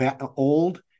old